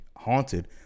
haunted